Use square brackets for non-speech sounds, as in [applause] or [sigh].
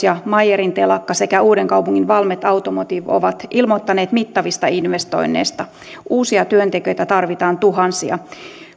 [unintelligible] ja meyerin telakka sekä uudenkaupungin valmet automotive ovat ilmoittaneet mittavista investoinneista uusia työntekijöitä tarvitaan tuhansia